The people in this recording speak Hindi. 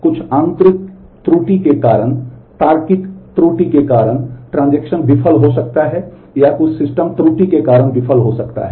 कुछ आंतरिक त्रुटि के कारण तार्किक त्रुटि के कारण ट्रांजेक्शन विफल हो सकता है या कुछ सिस्टम त्रुटि के कारण विफल हो सकता है